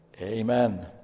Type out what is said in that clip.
Amen